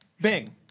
Bing